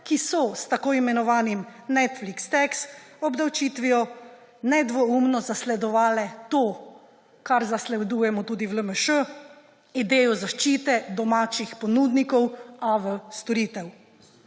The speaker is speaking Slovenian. ki so s tako imenovano Netflix tax obdavčitvijo nedvoumno zasledovale to, kar zasledujemo tudi v LMŠ – idejo zaščite domačih ponudnikov AV storitev.